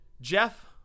Jeff